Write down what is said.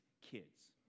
kids